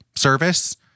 service